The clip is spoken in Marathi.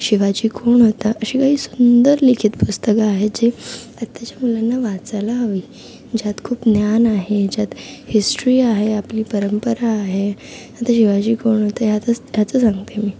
शिवाजी कोण होता अशी काही सुंदर लिखित पुस्तकं आहेत जे आत्ताच्या मुलांना वाचायला हवी ज्यात खूप ज्ञान आहे ज्यात हिस्ट्री आहे आपली परंपरा आहे आता शिवाजी कोण होता ह्यातच ह्याचं सांगते मी